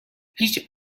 هیچ